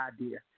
idea